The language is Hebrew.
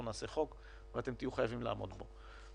אנחנו נעשה חוק, ואתם תהיו חייבים לעמוד בו.